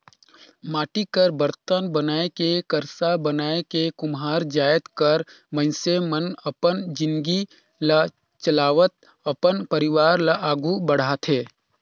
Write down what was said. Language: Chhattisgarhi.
माटी कर बरतन बनाए के करसा बनाए के कुम्हार जाएत कर मइनसे मन अपन जिनगी ल चलावत अपन परिवार ल आघु बढ़ाथे